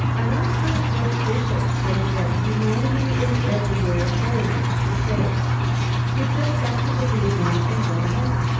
i once heard a great bishop say that humanity is everywhere very much the same we've just got to believe that and go ahead.